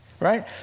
Right